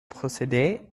procédé